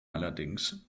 allerdings